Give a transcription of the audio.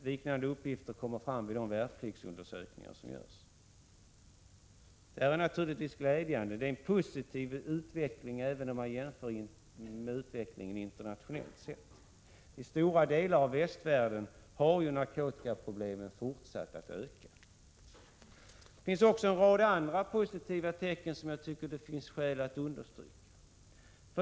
Liknande uppgifter kommer fram i de undersökningar som görs bland värnpliktiga. Detta är naturligtvis glädjande. Det är en positiv utveckling även jämfört med den internationella utvecklingen. I stora delar av västvärlden har narkotikaproblemen fortsatt att öka. Det finns också en rad andra positiva tecken, som det finns skäl att understryka.